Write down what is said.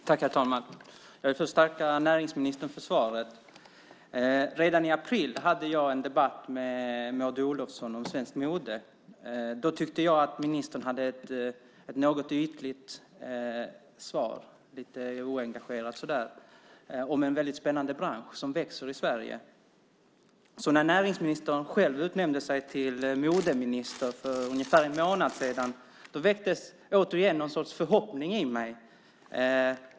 Herr talman! Jag vill först tacka näringsministern för svaret. Redan i april hade jag en debatt med Maud Olofsson om svenskt mode. Då tyckte jag att ministern hade ett något ytligt svar, lite oengagerat, om en väldigt spännande bransch som växer i Sverige. När näringsministern själv utnämnde sig till modeminister för ungefär en månad sedan väcktes återigen någon sorts förhoppning i mig.